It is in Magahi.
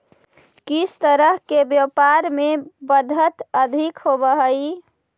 किस तरह के व्यापार में बढ़त अधिक होवअ हई